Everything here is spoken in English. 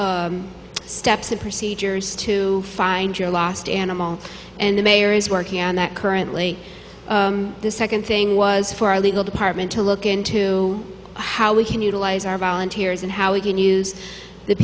cut steps and procedures to find your lost animal and the mayor is working on that currently the second thing was for our legal department to look into how we can utilize our volunteers and how we can use the